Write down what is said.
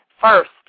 first